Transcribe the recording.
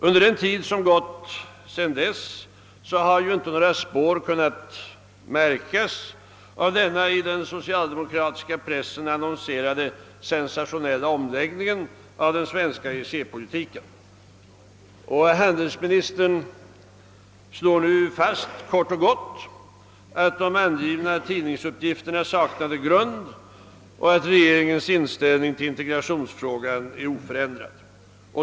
Under den tid som gått sedan interpellationen framställdes har inte många spår kunnat märkas av den i den socialdemokratiska pressen annon” serade sensationella omläggningen av den svenska EEC-politiken. Och han” delsministern slår nu kort och gott fast att de angivna tidningsuppgifterna saknat grund och att regeringens inställning till integrationsfrågan är oförändrad.